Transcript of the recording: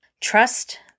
Trust